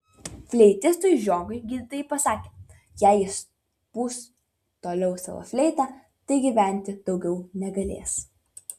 fleitistui žiogui gydytojai pasakė jei jis pūs toliau savo fleitą tai gyventi daugiau negalės